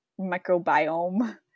microbiome